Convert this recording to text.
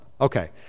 okay